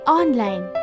online